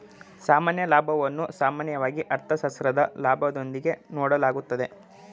ಸಾಮಾನ್ಯ ಲಾಭವನ್ನು ಸಾಮಾನ್ಯವಾಗಿ ಅರ್ಥಶಾಸ್ತ್ರದ ಲಾಭದೊಂದಿಗೆ ನೋಡಲಾಗುತ್ತದೆ